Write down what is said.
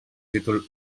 títol